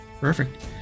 Perfect